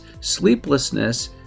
sleeplessness